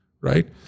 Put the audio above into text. right